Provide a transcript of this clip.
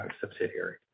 subsidiary